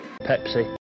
Pepsi